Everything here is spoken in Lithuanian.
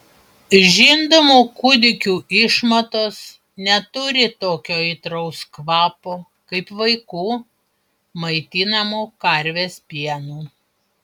žindomų kūdikių išmatos neturi tokio aitraus kvapo kaip vaikų maitinamų karvės pienu